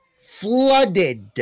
flooded